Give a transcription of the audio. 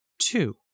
Two